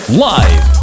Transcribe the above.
live